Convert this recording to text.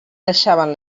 deixaven